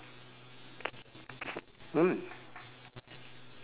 gold